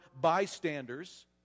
bystanders